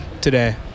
today